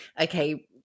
okay